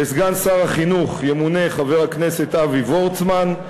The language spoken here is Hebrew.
לסגן שר החינוך ימונה חבר הכנסת אבי וורצמן,